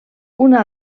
una